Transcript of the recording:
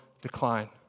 decline